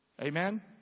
Amen